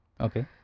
Okay